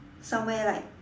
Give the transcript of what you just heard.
somewhere like